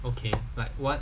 okay like what